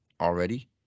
already